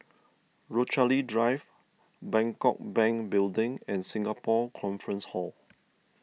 Rochalie Drive Bangkok Bank Building and Singapore Conference Hall